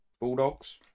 Bulldogs